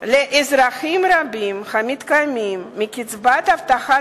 לאזרחים רבים המתקיימים מקצבת הבטחת